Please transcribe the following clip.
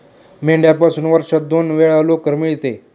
मेंढ्यापासून वर्षातून दोन वेळा लोकर मिळते